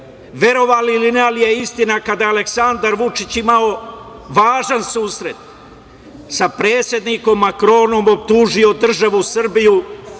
verovali ili ne ali je istina, kada je Aleksandar Vučić imao važan susret sa predsednikom Makronom, optužio državu Srbiju